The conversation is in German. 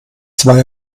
zwei